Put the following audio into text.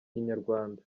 inyarwanda